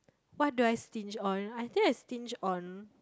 what do I stinge on I think I stinge on